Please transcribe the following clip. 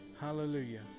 Hallelujah